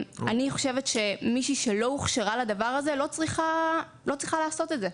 אני חושבת שמישהי שלא הוכשרה לדבר הזה לא צריכה לעשות את זה.